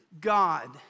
God